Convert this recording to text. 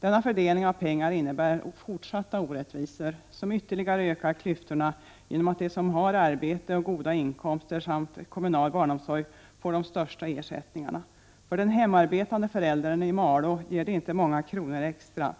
Denna fördelning av pengar innebär fortsatta orättvisor, som ytterligare ökar klyftorna, genom att de som har arbete och goda inkomster samt kommunal barnomsorg får de största ersättningarna. För de hemarbetande föräldrarna i Malå ger det inte många kronor extra.